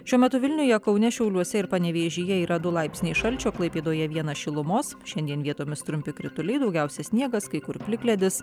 šiuo metu vilniuje kaune šiauliuose ir panevėžyje yra du laipsniai šalčio klaipėdoje vienas šilumos šiandien vietomis trumpi krituliai daugiausiai sniegas kai kur plikledis